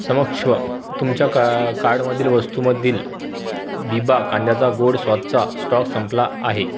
क्षमस्व तुमच्या का कार्टमधील वस्तूंमधील बीबा कांद्याचा गोड सॉसचा स्टॉक संपला आहे